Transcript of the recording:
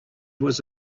was